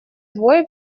двое